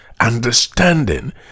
understanding